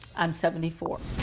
i'm seventy four.